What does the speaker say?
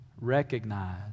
Recognize